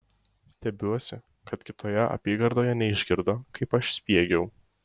stebiuosi kad kitoje apygardoje neišgirdo kaip aš spiegiau